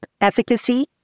efficacy